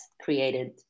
created